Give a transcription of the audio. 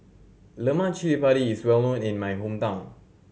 lemak cili padi is well known in my hometown